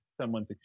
someone's